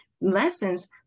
lessons